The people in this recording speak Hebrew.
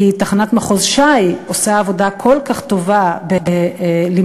כי תחנת מחוז ש"י עושה עבודה כל כך טובה בלמנוע